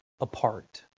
apart